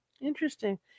Interesting